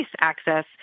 access